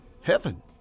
Heaven